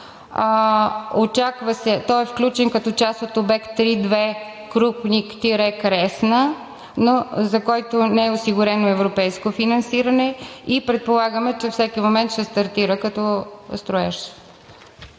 бюджет. Той е включен като част от обект III-2 Крупник – Кресна, но за който не е осигурено европейско финансиране, и предполагаме, че всеки момент ще стартира като строеж.